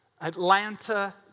Atlanta